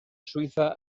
suiza